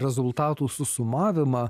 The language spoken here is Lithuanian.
rezultatų susumavimą